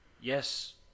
yes